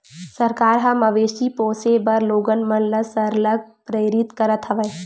सरकार ह मवेशी पोसे बर लोगन मन ल सरलग प्रेरित करत हवय